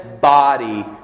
body